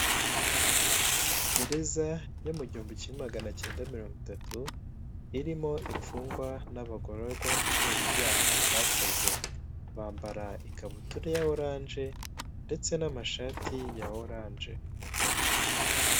Gereza yo mu gihumbi kimwe magana akenda mirongo itatu irimo imfungwa n'abagororwa kubera ibyaha bakoze. Bambara ikabutura ya orange ndetse n'amashati ya orange.